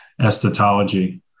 esthetology